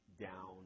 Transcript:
down